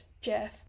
Jeff